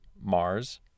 Mars